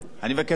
אני מבקש רק